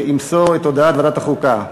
ימסור את הודעת ועדת החוקה,